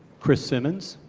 chris simmons.